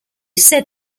said